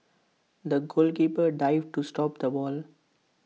the goalkeeper dived to stop the ball